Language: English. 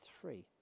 three